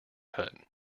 cut